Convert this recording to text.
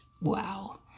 wow